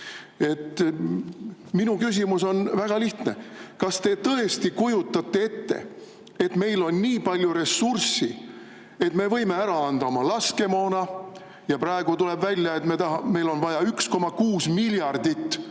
Minu küsimus on väga lihtne: kas te tõesti kujutate ette, et meil on nii palju ressurssi, et me võime oma laskemoona ära anda? Tuleb välja, et praegu on meil vaja 1,6 miljardit eurot,